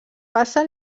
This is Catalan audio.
passa